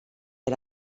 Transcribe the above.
era